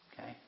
Okay